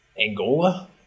Angola